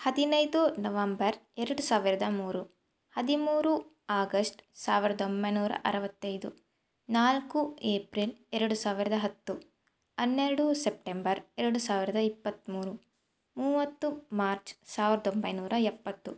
ಹದಿನೈದು ನವಂಬರ್ ಎರಡು ಸಾವಿರದ ಮೂರು ಹದಿಮೂರು ಆಗಸ್ಟ್ ಸಾವಿರದ ಒಂಬೈನೂರ ಅರವತ್ತೈದು ನಾಲ್ಕು ಏಪ್ರಿಲ್ ಎರಡು ಸಾವಿರದ ಹತ್ತು ಹನ್ನೆರಡು ಸೆಪ್ಟೆಂಬರ್ ಎರಡು ಸಾವಿರದ ಇಪ್ಪತ್ಮೂರು ಮೂವತ್ತು ಮಾರ್ಚ್ ಸಾವಿರದ ಒಂಬೈನೂರ ಎಪ್ಪತ್ತು